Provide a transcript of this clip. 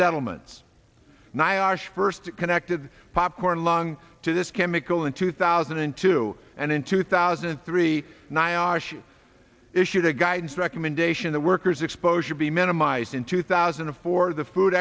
settlements nyasha first connected popcorn lung to this chemical in two thousand and two and in two thousand and three nyasha issued a guidance recommendation that workers exposure be minimized in two thousand and four the food